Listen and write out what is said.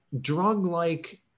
drug-like